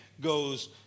goes